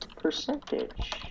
percentage